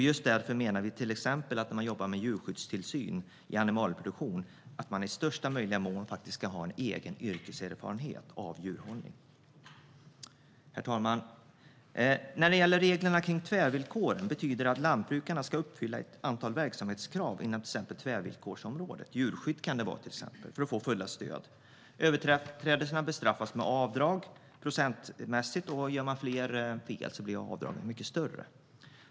Just därför menar vi till exempel att man när man jobbar med djurskyddstillsyn i animalieproduktion i största möjliga mån ska ha en egen yrkeserfarenhet av djurhållning. Herr talman! Reglerna kring tvärvillkoren betyder att lantbrukarna ska uppfylla ett antal verksamhetskrav inom till exempel tvärvillkorsområdet djurskydd för att få fulla stöd. Överträdelser bestraffas med procentmässiga avdrag. Gör man fler fel blir avdragen mycket större.